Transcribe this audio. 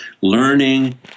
learning